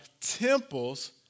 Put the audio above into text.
temples